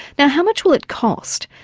now how much will it cost?